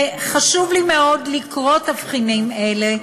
וחשוב לי מאוד לקרוא תבחינים אלה,